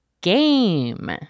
game